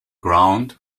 ground